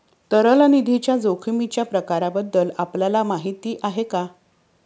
तरल निधीच्या जोखमीच्या प्रकारांबद्दल आपल्याला माहिती आहे का?